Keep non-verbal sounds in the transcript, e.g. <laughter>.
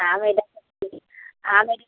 हाँ मैडम <unintelligible> हाँ मैडम